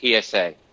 PSA